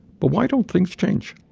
but why don't things change?